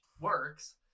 works